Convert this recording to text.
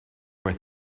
were